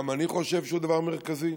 גם אני חושב שהוא דבר מרכזי,